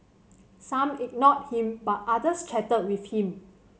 some ignored him but others chatted with him